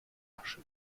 asche